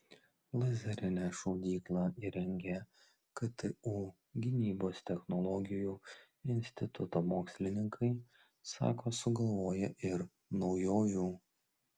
lazerinę šaudyklą įrengę ktu gynybos technologijų instituto mokslininkai sako sugalvoję ir naujovių